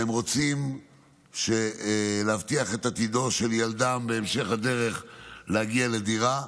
והם רוצים להבטיח את עתידו של ילדם בהמשך הדרך להגיע לדירה,